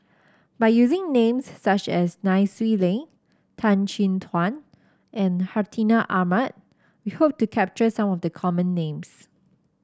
by using names such as Nai Swee Leng Tan Chin Tuan and Hartinah Ahmad we hope to capture some of the common names